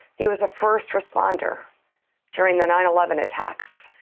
he was a first responder during the nine eleven attacks.